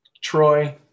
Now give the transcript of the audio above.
Troy